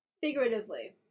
figuratively